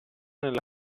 nella